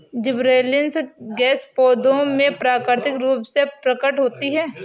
gibberellins gas पौधों में प्राकृतिक रूप से प्रकट होती है